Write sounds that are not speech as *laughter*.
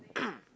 *coughs*